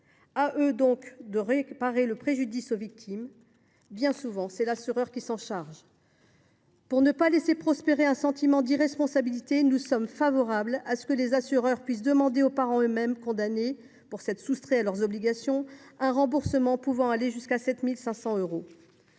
à eux de réparer le préjudice aux victimes, ce dont, bien souvent, les assureurs se chargent. Pour ne pas laisser prospérer un sentiment d’irresponsabilité, nous sommes favorables à ce que les assureurs puissent demander aux parents, eux mêmes condamnés pour s’être soustraits à leurs obligations, un remboursement pouvant aller jusqu’à 7 500 euros.